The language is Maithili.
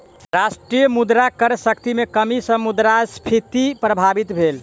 राष्ट्र मुद्रा क्रय शक्ति में कमी सॅ मुद्रास्फीति प्रभावित भेल